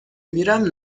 میرم